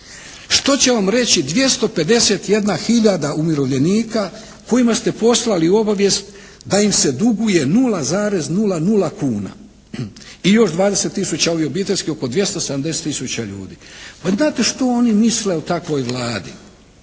Što će vam reći 251 hiljada umirovljenika kojima ste poslali obavijest da im se duguje 0,00 kuna i još 20 tisuća ovih obiteljskih oko 270 tisuća ljudi. Pa znate što oni misle o takvoj Vladi,